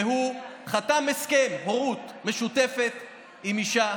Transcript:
והוא חתם הסכם הורות משותפת עם אישה.